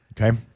Okay